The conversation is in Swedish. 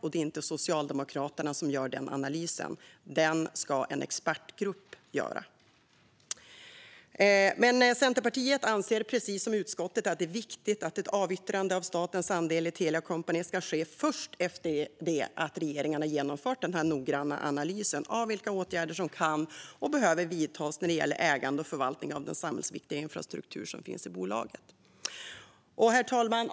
Och det är inte Socialdemokraterna som gör den analysen - den ska en expertgrupp göra. Centerpartiet anser, precis som utskottet, att det är viktigt att ett avyttrande av statens andel i Telia Company ska ske först efter det att regeringen har genomfört den här noggranna analysen av vilka åtgärder som kan och behöver vidtas när det gäller ägande och förvaltning av den samhällsviktiga infrastruktur som finns i bolaget. Herr talman!